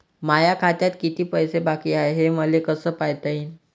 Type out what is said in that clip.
माया खात्यात किती पैसे बाकी हाय, हे मले कस पायता येईन?